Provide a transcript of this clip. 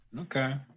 Okay